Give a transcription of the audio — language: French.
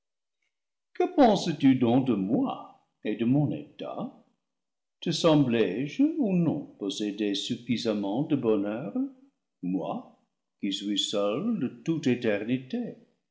que penses-tu donc de moi et de mon état te semblé je ou non posséder suffisam ment de bonheur moi qui suis seul de toute éternité